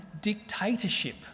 dictatorship